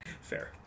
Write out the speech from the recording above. Fair